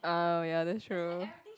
uh ya that's true